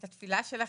את התפילה שלכם,